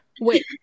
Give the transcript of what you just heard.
Wait